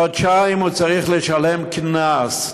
חודשיים הוא צריך לשלם קנס,